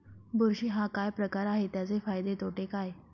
बुरशी हा काय प्रकार आहे, त्याचे फायदे तोटे काय?